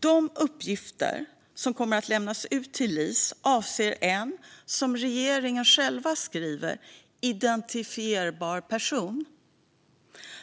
De uppgifter som kommer att lämnas ut till LIS avser en, som regeringen själv skriver, identifierbar person.